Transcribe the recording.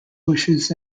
wishes